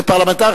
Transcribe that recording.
זה פרלמנטרי.